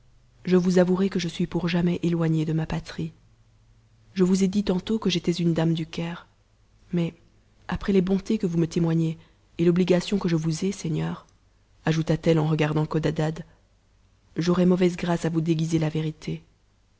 je vous avouerai que je suis pour jamais éloignée de ma patrie je vous ai dit tantôt que j'étais une dame du caire mais après les bontés que vous me témoignez et l'obligation que je vous ai seigneur ajoutat-elle en regardant codadad j'aurais mauvaise grâce à vous déguiser la vérité